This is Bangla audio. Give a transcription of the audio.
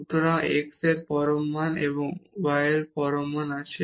সুতরাং আমাদের x এর পরম মান এবং y এর পরম মান আছে